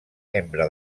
membre